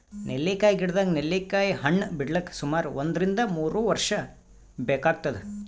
ನೆಲ್ಲಿಕಾಯಿ ಗಿಡದಾಗ್ ನೆಲ್ಲಿಕಾಯಿ ಹಣ್ಣ್ ಬಿಡ್ಲಕ್ ಸುಮಾರ್ ಒಂದ್ರಿನ್ದ ಮೂರ್ ವರ್ಷ್ ಬೇಕಾತದ್